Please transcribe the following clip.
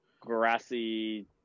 grassy